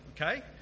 okay